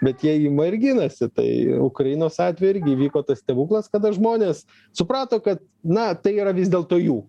bet jie ima ir ginasi tai ukrainos atveju irgi įvyko tas stebuklas kada žmonės suprato kad na tai yra vis dėlto jų